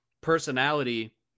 personality